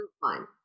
fine